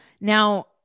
Now